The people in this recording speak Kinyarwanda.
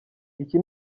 iki